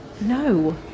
No